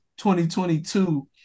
2022